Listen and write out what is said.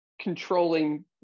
controlling